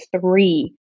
three